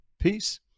Peace